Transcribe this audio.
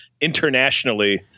internationally